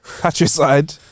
patricide